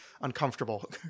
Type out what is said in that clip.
uncomfortable